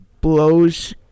blows